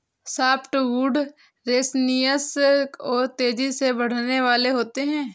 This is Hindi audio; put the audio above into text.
सॉफ्टवुड रेसनियस और तेजी से बढ़ने वाले होते हैं